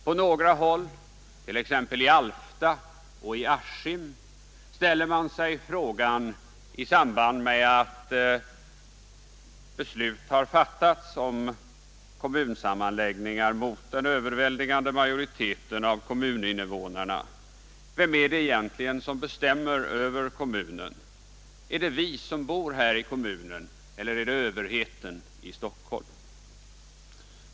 På några håll, t.ex. i Alfta och i Askim, frågar man sig i samband med att beslut har fattats om kommunsammanläggningar mot den överväldigande majoriteten av kommuninvånarna: Vem är det egentligen som bestämmer över kommunen? Är det vi som bor här i kommunen, eller är det överheten i Stockholm?